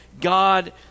God